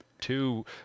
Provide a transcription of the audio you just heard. two